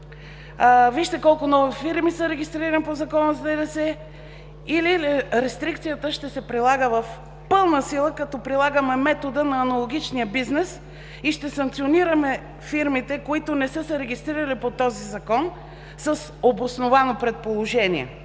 Вижте колко много фирми са регистрирани по Закона за ДДС. Рестрикцията ще се прилага в пълна сила, като прилагаме метода на аналогичния бизнес и ще санкционираме фирмите, които не са се регистрирали по този Закон с обосновано предположение.